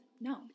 No